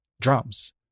drums